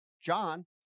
John